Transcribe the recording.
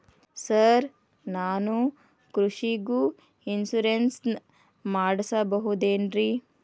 Sir ನಾನು ಕೃಷಿಗೂ insurance ಮಾಡಸಬಹುದೇನ್ರಿ?